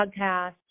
podcast